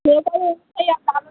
flavour অনুযায়ী আর ভালো